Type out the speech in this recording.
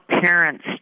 parents